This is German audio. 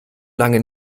lange